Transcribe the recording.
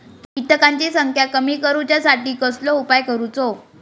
किटकांची संख्या कमी करुच्यासाठी कसलो उपाय करूचो?